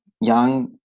young